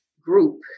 group